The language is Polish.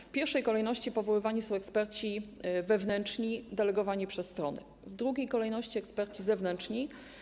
W pierwszej kolejności powoływani są eksperci wewnętrzni delegowani przez strony, w drugiej kolejności eksperci zewnętrzni.